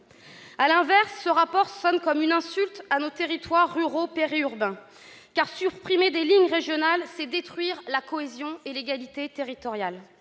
À l'inverse, ce rapport sonne comme une insulte à nos territoires ruraux, périurbains, car supprimer des lignes régionales, c'est détruire la cohésion et l'égalité territoriale.